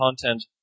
content